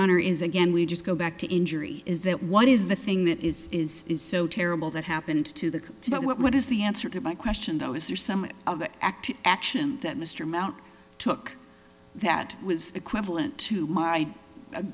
honor is again we just go back to injury is that what is the thing that is is is so terrible that happened to the about what is the answer to my question though is there some active action that mr mout took that was equivalent to my